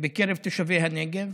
גורמות לכעס רב בקרב תושבי הנגב